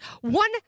one